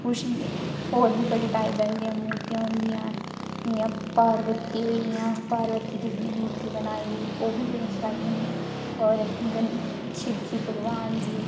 कुछ और बी बडे टाइप दियां मूर्तियां होदिंया जि'यां पार्बती होई गेइया पार्बती दी मूर्ती बनाई ओह्बी बडी शैल बनी और शिवजी भगवान जी